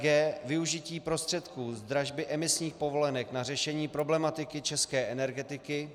g) využití prostředků z dražby emisních povolenek na řešení problematiky české energetiky,